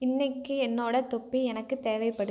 இன்றைக்கு என்னோடய தொப்பி எனக்கு தேவைப்படுது